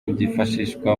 byifashishwa